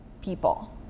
people